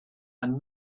and